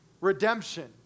redemption